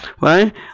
Right